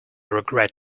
regret